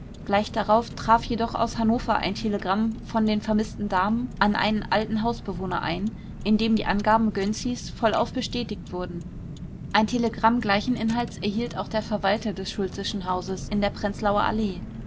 gleich darauf traf jedoch aus hannover ein telegramm von den vermißten damen an einen alten hausbewohner ein in dem die angaben gönczis vollauf bestätigt wurden ein telegramm gleichen inhalts erhielt auch der verwalter des schultzeschen hauses in der prenzlauer allee